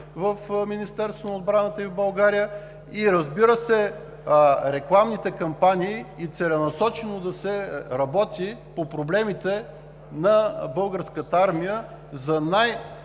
в Министерството на отбраната и в България. Разбира се, и рекламните кампании и целенасочено да се работи по проблемите на Българската армия за